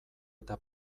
eta